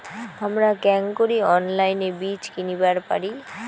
হামরা কেঙকরি অনলাইনে বীজ কিনিবার পারি?